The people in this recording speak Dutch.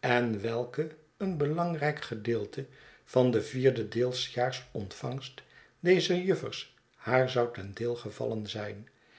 en welk een belangrijk gedeelte van de vierendeeljaars ontvangst dezer juffertjes haar zou ten deel gevallen zijn